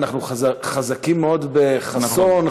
אנחנו חזקים מאוד בחסוֹן,